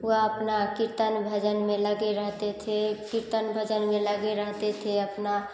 वह अपना कीर्तन भजन में लगे रहते थे कीर्तन भजन में लगे रहते थे अपना